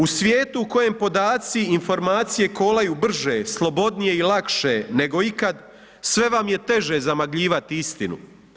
U svijetu u kojem podaci, informacije kolaju brže, slobodnije i lakše nego ikad sve vam je teže zamagljivati istinu.